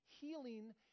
healing